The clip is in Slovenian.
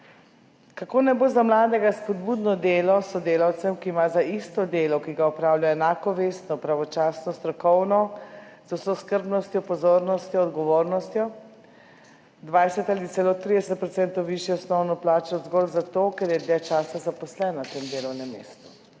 Kako naj bo za mladega spodbudno delo s sodelavcem, ki ima za isto delo, ki ga opravlja enako vestno, pravočasno, strokovno, z vso skrbnostjo, pozornostjo, odgovornostjo, 20 ali celo 30 % višjo osnovno plačo, zgolj zato, ker je dlje časa zaposlen na tem delovnem mestu?